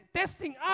testing